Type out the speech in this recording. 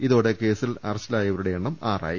ഇതോടെ കേസിൽ അറസ്റ്റിലാകുന്നവരുടെ എണ്ണം ആറായി